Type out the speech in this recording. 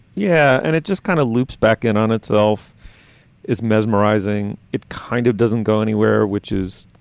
yeah. and it just kind of loops back in on itself is mesmerizing. it kind of doesn't go anywhere, which is,